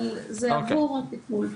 אבל זה עבור הטיפול.